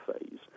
phase